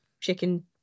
chicken